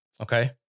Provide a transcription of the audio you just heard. Okay